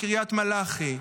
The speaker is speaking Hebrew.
מקריית מלאכי,